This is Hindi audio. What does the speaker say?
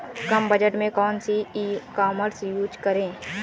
कम बजट में कौन सी ई कॉमर्स यूज़ करें?